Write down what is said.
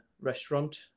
restaurant